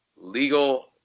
legal